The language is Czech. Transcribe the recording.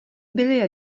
byly